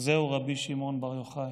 זהו רבי שמעון בר יוחאי,